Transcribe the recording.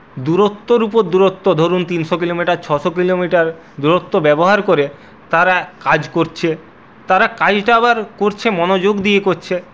দুরত্বর উপর দুরত্ব ধরুন তিনশো কিলোমিটার ছশো কিলোমিটার দুরত্ব ব্যবহার করে তারা কাজ করছে তারা কাজটা আবার করছে মনোযোগ দিয়ে করছে